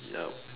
yup